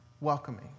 welcoming